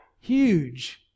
Huge